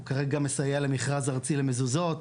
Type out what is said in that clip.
הוא כרגע מסייע למכרז ארצי למזוזות,